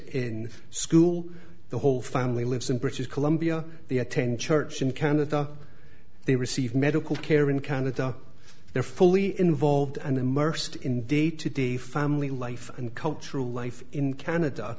in school the whole family lives in british columbia the attend church in canada they receive medical care in canada they're fully involved and immersed in day to day family life and cultural life in canada